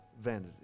vanity